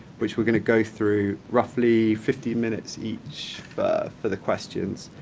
which we're going to go through, roughly fifteen minutes each for the questions.